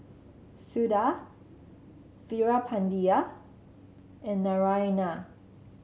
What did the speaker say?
Suda Veerapandiya and Naraina